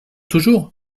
toujours